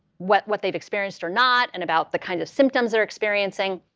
what what they've experienced or not and about the kinds of symptoms they're experiencing,